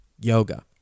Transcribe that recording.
yoga